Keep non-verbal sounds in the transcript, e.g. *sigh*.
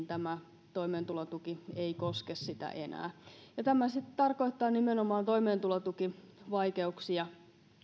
*unintelligible* tämä toimeentulotuki ei koske sitä enää tämä sitten tarkoittaa nimenomaan toimeentulotukivaikeuksia